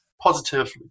positively